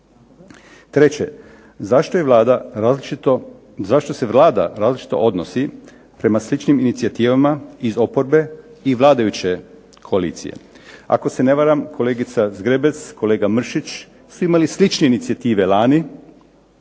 Treće, zašto se Vlada različito odnosi prema sličnim inicijativama iz oporbe i vladajuće koalicije? Ako se ne varam kolegica Zgrebec, kolega Mršić su imali slične inicijative lani,